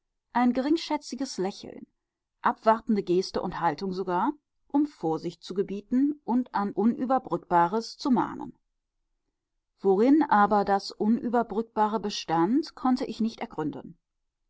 ein geringschätziges lächeln abwartende geste und haltung sogar um vorsicht zu gebieten und an unüberbrückbares zu mahnen worin aber das unüberbrückbare bestand konnte ich nicht ergründen